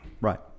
Right